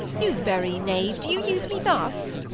you very knave! do you use me thus?